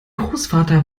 großvater